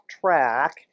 track